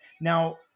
now